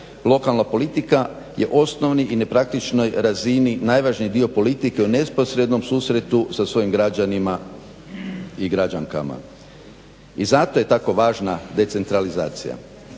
Lokalna politika je osnovni i na praktičnoj razini najvažniji dio politike u neposrednom susretu sa svojim građanima i građankama. I zato je tako važna decentralizacija.